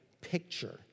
picture